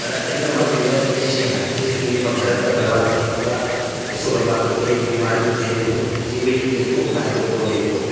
पर अॼुकल्हि मां चवंदो आहियां की इअ शइ हटिजे छो की इन मां घर था बरबाद थियन पिया पेसो बरबाद थो थिए ऐं बीमारी थियूं थियनि पियूं जंहिंमें की कंहिंजो फ़ाइदो कोन्हे को